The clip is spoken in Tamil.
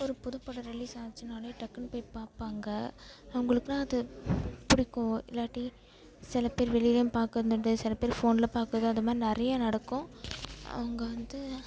ஒரு புது படம் ரிலீஸ் ஆச்சின்னாலே டக்குனு போய் பார்ப்பாங்க அவங்களுக்குலாம் அது பிடிக்கும் இல்லாட்டி சிலப்பேர் வெளியிலையும் பார்க்கறது உண்டு சிலப்பேர் ஃபோன்ல பார்க்கறது அதைமாரி நிறையா நடக்கும் அங்கே வந்து